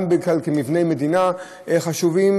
גם במבני מדינה חשובים,